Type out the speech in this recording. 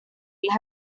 las